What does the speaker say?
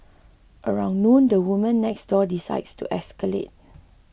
around noon the woman next door decides to escalate